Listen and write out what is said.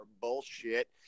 bullshit